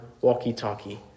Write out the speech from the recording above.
walkie-talkie